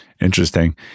Interesting